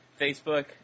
Facebook